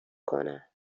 کنه